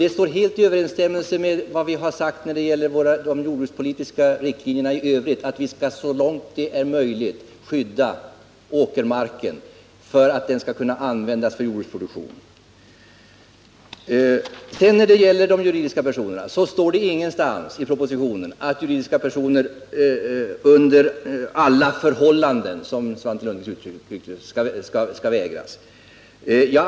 Det står helt i överensstämmelse med vad vi har sagt om de jordbrukspolitiska riktlinjerna i övrigt, att vi skall så långt det är möjligt skydda åkermarken för att den skall kunna användas för jordbruksproduktion. Det står ingenstans i propositionen att juridiska personer under alla förhållanden, som Svante Lundkvist uttryckte det, skall förvägras att köpa mark.